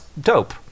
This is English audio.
dope